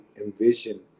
envision